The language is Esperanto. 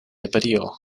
ebrio